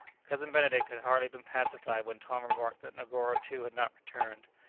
cousin benedict had hardly been pacified when tom remarked that negoro too had not returned.